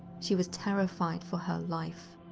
she was terrified for her life.